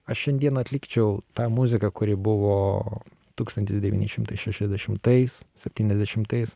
aš šiandien atlikčiau tą muziką kuri buvo tūkstantis devyni šimtai šešiasdešimtais septyniasdešimtais